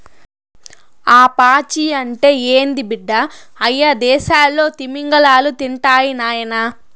ఆ పాచి అంటే ఏంది బిడ్డ, అయ్యదేసాల్లో తిమింగలాలు తింటాయి నాయనా